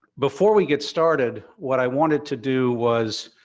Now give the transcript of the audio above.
before we get started, what i wanted to do was